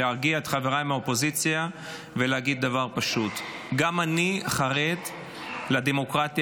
להרגיע את חבריי מהאופוזיציה ולהגיד דבר פשוט: גם אני חרד לדמוקרטיה